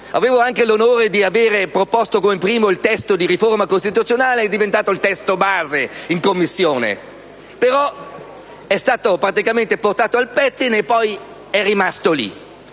Avevo anche l'onore di avere proposto per primo il testo di riforma costituzionale, che è diventato il testo base in Commissione, è stato praticamente portato a compimento, ma il